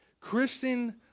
Christian